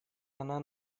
она